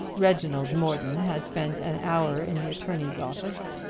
reginald morton had spent an hour in the attorney's office,